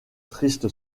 triste